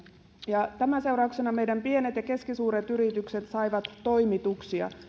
ja tämän seurauksena meidän pienet ja keskisuuret yritykset saivat toimituksia